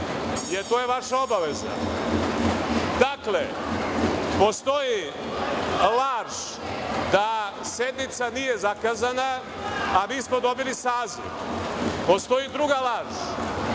jer to je vaša obaveza. Dakle, postoji laž da sednica nije zakazana, a mi smo dobili saziv. Postoji druga laž,